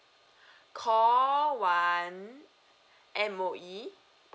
call one M_O_E